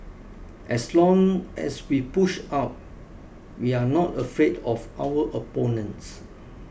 as long as we push up we are not afraid of our opponents